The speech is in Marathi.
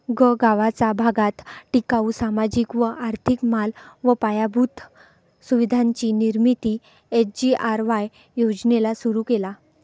गगावाचा भागात टिकाऊ, सामाजिक व आर्थिक माल व पायाभूत सुविधांची निर्मिती एस.जी.आर.वाय योजनेला सुरु केला